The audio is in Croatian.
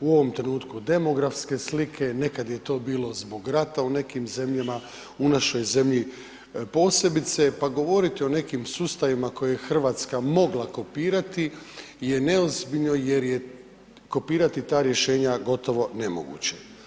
u ovom trenutku demografske slike, nekad je to bilo zbog rata u nekim zemljama, u našoj zemlji posebice pa govoriti o nekim sustavima koje je Hrvatska mogla kopirati je neozbiljno jer je kopirati ta rješenja gotovo nemoguće.